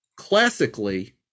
classically